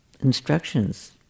instructions